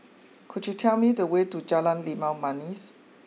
could you tell me the way to Jalan Limau Manis